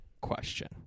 question